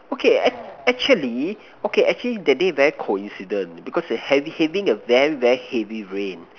okay actually okay actually that day very coincidence because having having a very very heavy rain